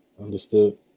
understood